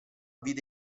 vide